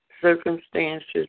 circumstances